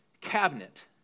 cabinet